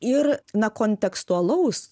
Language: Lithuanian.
ir na kontekstualaus